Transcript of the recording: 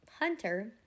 Hunter